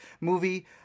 movie